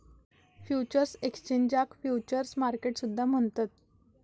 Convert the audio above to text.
futures एक्सचेंजाक futures market सुद्धा म्हणतत